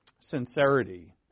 sincerity